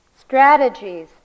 strategies